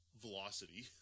velocity